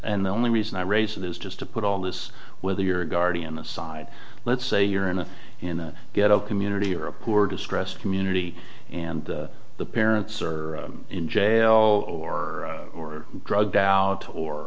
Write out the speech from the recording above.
and the only reason i raise it is just to put all this whether you're a guardian aside let's say you're in a in a ghetto community or a poor distressed community and the parents are in jail or drugged out or